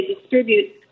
distribute—